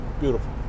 Beautiful